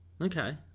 Okay